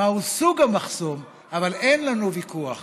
מהו סוג המחסום, אבל אין לנו ויכוח